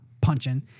punching